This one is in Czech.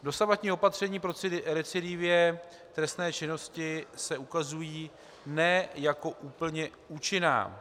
Dosavadní opatření proti recidivě v trestné činnosti se ukazují ne jako úplně účinná.